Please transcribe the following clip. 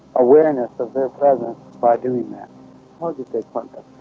awareness of their presence by doing that how did they contact